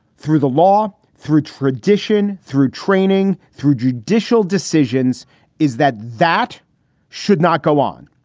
through the law, through tradition, through training, through judicial decisions is that that should not go on.